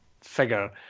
figure